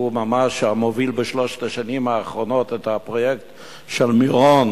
שהוא ממש המוביל בשלוש השנים האחרונות את הפרויקט של מירון,